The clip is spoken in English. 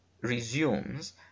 resumes